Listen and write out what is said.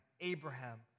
Abraham